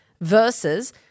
versus